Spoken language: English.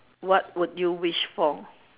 what would you wish for